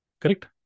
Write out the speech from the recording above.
correct